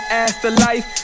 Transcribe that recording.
afterlife